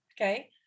Okay